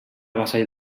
vassall